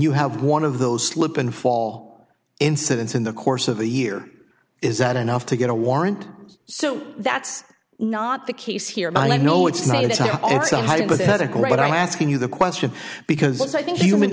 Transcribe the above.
you have one of those slip and fall incidents in the course of a year is that enough to get a warrant so that's not the case here and i know it's not it's a hypothetical but i'm asking you the question because i think human